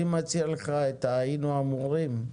אני מציע לך את ה'היינו אמורים',